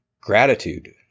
gratitude